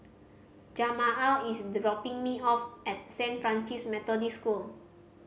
Jamaal is the dropping me off at Saint Francis Methodist School